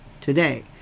today